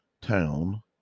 town